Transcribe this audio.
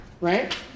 Right